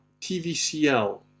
TVCL